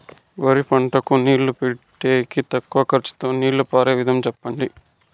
వరి పంటకు నీళ్లు పెట్టేకి తక్కువ ఖర్చుతో నీళ్లు పారే విధం చెప్పండి?